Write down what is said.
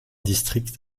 districts